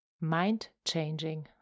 mind-changing